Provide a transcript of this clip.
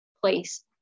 place